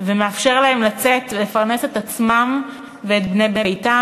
ומאפשר להם לצאת לפרנס את עצמם ואת בני ביתם,